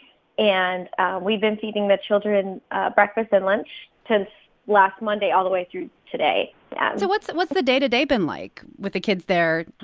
and we've been feeding the children breakfast and lunch since last monday all the way through today yeah so what's what's the day-to-day been like with the kids there?